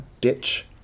ditch